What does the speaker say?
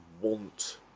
want